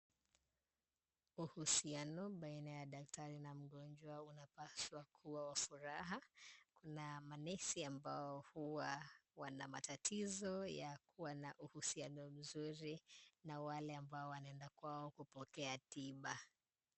Uhusiano baina ya daktari na mgonjwa unapaswa kuwa wa furaha. Kuna ma nurse ambao huwa wana matatizo ya kuwa na uhusiano mzuri, na wale ambao wanaenda kwao kupokea tiba.